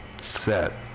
set